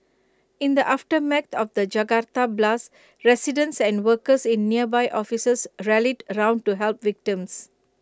in the aftermath of the Jakarta blasts residents and workers in nearby offices rallied round to help victims